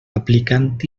aplicant